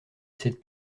cette